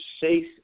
safe